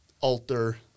alter